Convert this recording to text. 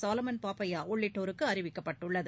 சாலமன் பாப்பையா உள்ளிட்டோருக்கு அறிவிக்கப்பட்டுள்ளது